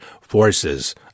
forces